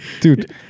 dude